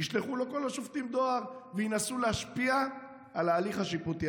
ישלחו לכל השופטים דואר וינסו להשפיע על ההליך השיפוטי.